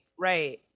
right